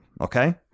Okay